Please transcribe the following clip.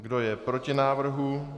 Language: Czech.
Kdo je proti návrhu?